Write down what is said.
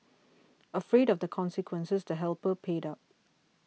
afraid of the consequences the helper paid up